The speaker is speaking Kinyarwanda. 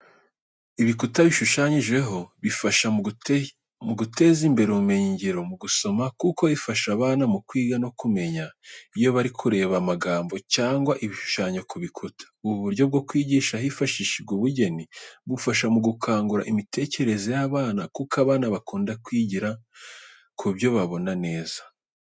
Ibikuta bishushanyijeho bifasha mu guteza imbere ubumenyingiro mu gusoma, kuko bifasha abana mu kwiga no kumenya iyo bari kureba amagambo cyangwa ibishushanyo ku bikuta. Ubu buryo bwo kwigisha hifashishijwe ubugeni bufasha mu gukangura imitekerereze y'abana kuko abana bakunda kwigira ku byo babona neza.